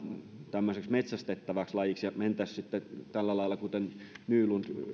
tämmöiseksi metsästettäväksi lajiksi ja mentäisiin sitten tällä lailla kuten nylund